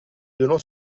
donnant